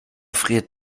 friert